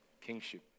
kingship